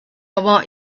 want